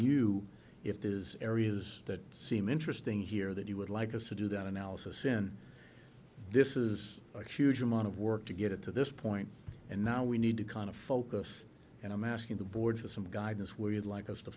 you if there is areas that seem interesting here that you would like us to do that analysis in this is a huge amount of work to get to this point and now we need to kind of focus and i'm asking the board for some guidance where you'd like us to